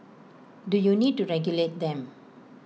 do you need to regulate them